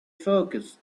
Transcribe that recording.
focus